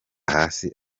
hasi